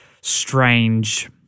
strange